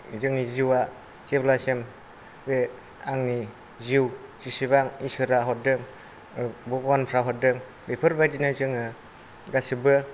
जोंनि जिउआ जेब्लासिम बे आंनि जिउ जेसेबां इसोरा हरदों भगबानफ्रा हरदों बेफोरबायदिनो जोङो गासैबो